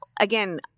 again